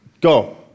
Go